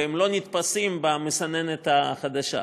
אבל הם לא נתפסים במסננת החדשה.